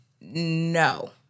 No